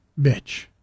bitch